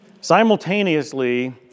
Simultaneously